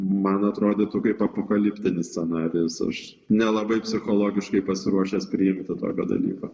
man atrodytų kaip apokaliptinis scenarijus aš nelabai psichologiškai pasiruošęs priimti tokio dalyko